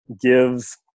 gives